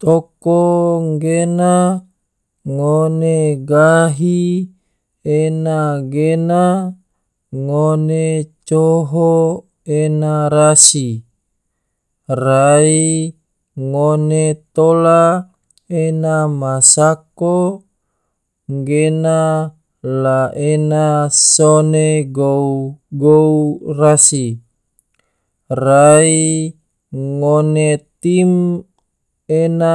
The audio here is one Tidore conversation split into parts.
Toko gena ngone gahi ena gena ngone coho ena rasi, rai ngone tola ena ma sako gena la ena sone gou-gou rasi, rai ngone tim ena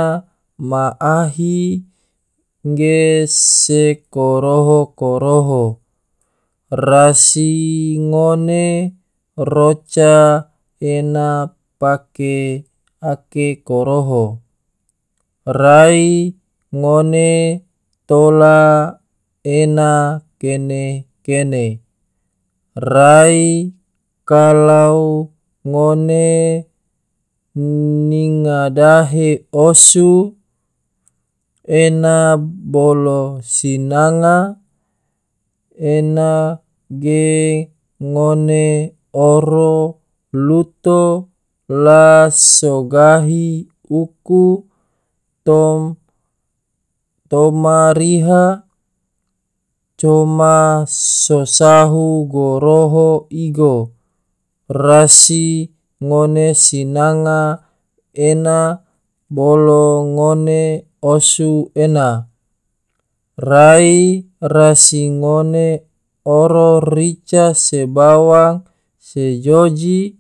ma ahi ge se koroho-koroho, rasi ngone roca ena pake ake koroho, rai ngone tola ena kene-kene, rai kalau ngone nyinga dahe osu ena bolo sinanga ena ge ngone oro luto la so gahi uku tom toma riha, coma so sahu goroho igo, rasi ngone sinanga ena bolo ngone osu ena, rai rasi ngone oro rica, se bawang, se joji,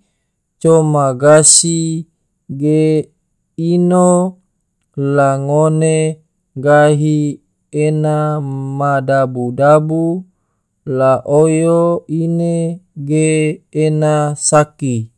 coma gasi ge ino la ngone gahi ena ma dabu-dabu, la oyo ine ge ena saki.